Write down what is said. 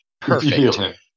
Perfect